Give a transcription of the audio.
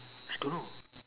I don't know